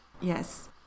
Yes